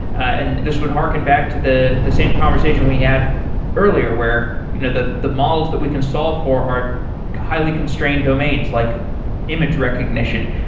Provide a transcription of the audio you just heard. and this would harken back to the the same conversation we had earlier, where you know the the models that we can solve for are highly constrained domains, like image recognition.